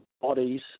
bodies